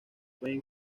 pueden